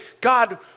God